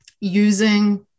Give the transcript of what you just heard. using